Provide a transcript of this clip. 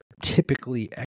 typically